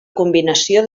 combinació